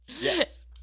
Yes